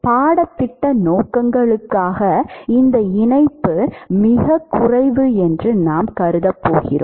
பாடத்திட்ட நோக்கங்களுக்காக இந்த இணைப்பு மிகக் குறைவு என்று நாம் கருதப் போகிறோம்